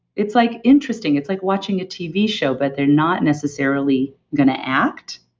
it's like interesting. it's like watching a tv show but they're not necessarily going to act.